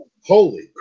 Holy